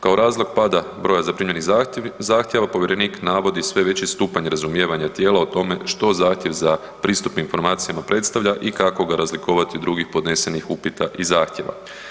Kao razlog pada broja zaprimljenih zahtjeva povjerenik navodi sve veći stupanj razumijevanja tijela o tome što zahtjev za pristup informacijama predstavlja i kako ga razlikovati od drugih podnesenih upita i zahtjeva.